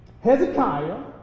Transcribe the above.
Hezekiah